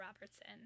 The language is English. Robertson